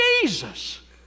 Jesus